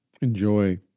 Enjoy